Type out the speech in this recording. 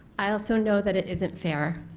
i also know that it isn't fair.